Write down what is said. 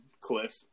Cliff